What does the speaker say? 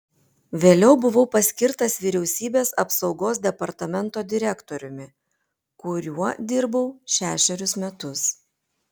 vėliau buvau paskirtas vyriausybės apsaugos departamento direktoriumi kuriuo dirbau šešerius metus